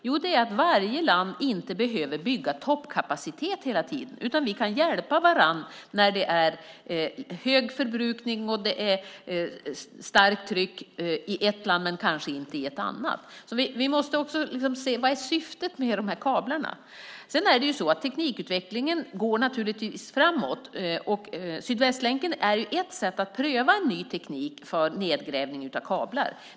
Jo, det är att varje land inte behöver bygga toppkapacitet hela tiden, utan vi kan hjälpa varandra när det är hög förbrukning och starkt tryck i ett land men kanske inte i ett annat. Vi måste också se på vad syftet är med de här kablarna. Teknikutvecklingen går naturligtvis framåt, och Sydvästlänken är ju ett sätt att pröva en my teknik för nedgrävning av kablar.